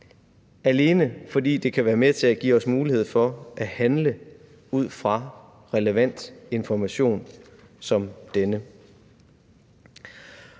alene fordi det kan være med til at give os mulighed for at handle ud fra relevant information som denne.